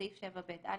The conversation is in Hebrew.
(5)בסעיף 7ב(א),